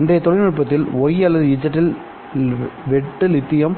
இன்றைய தொழில்நுட்பத்தில் Y அல்லது Z இல் வெட்டு லித்தியம்